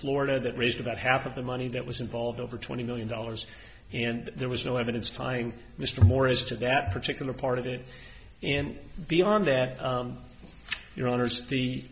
florida that raised about half of the money that was involved over twenty million dollars and there was no evidence tying mr morris to that particular part of it and beyond that your honors the